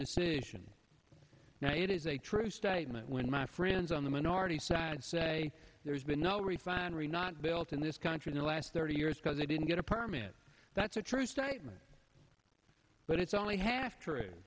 decision now it is a true statement when my friends on the minority side say there's been no refinery not built in this country in the last thirty years because they didn't get a permit that's a true statement but it's only half true